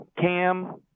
Cam